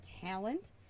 talent